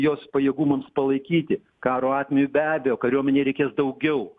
jos pajėgumams palaikyti karo atmeju be abejo kariuomenei reikės daugiau